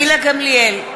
גילה גמליאל,